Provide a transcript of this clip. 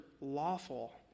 lawful